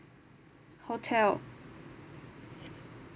hotel